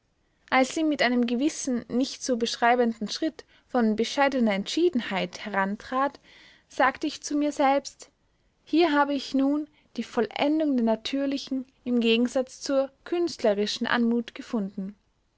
als sie mit einem gewissen nicht zu beschreibenden schritt von bescheidener entschiedenheit herantrat sagte ich zu mir selbst hier habe ich nun die vollendung der natürlichen im gegensatz zur künstlerischen anmut gefunden